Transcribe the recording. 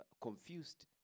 confused